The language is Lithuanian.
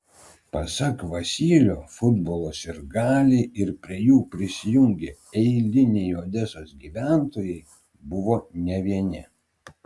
pasak vasylio futbolo sirgaliai ir prie jų prisijungę eiliniai odesos gyventojai buvo ne vieni